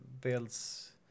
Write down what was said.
builds